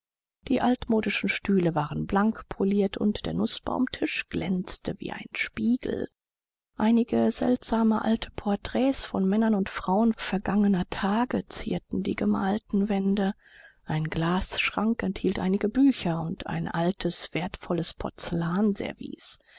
die altmodischen stühle waren blankpoliert und der nußbaumtisch glänzte wie ein spiegel einige seltsame alte porträts von männern und frauen vergangener tage zierten die gemalten wände ein glasschrank enthielt einige bücher und ein altes wertvolles porzellanservice